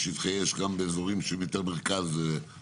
יש שטחי אש גם באזורים שהם יותר מרכז וכולי.